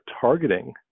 targeting